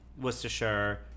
worcestershire